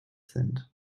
sind